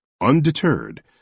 undeterred